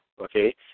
okay